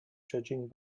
judging